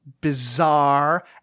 bizarre